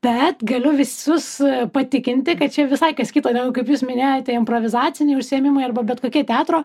bet galiu visus patikinti kad čia visai kas kito negu kaip jūs minėjote improvizaciniai užsiėmimai arba bet kokie teatro